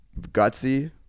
gutsy